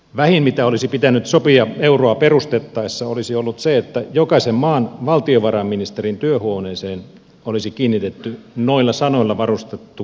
vähin mitä olisi pitänyt sopia euroa perustettaessa olisi ollut se että jokaisen maan valtiovarainministerin työhuoneeseen olisi kiinnitetty noilla sanoilla varustettu huoneentaulu